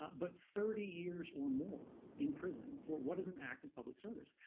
but thirty years or more in prison for what is an act of public service?